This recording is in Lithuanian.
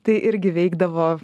tai irgi veikdavo